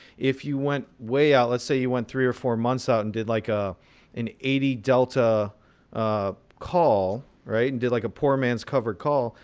if you went way out, let's say you went three or four months out and did like ah an eighty delta ah call and did like a poor man's covered call,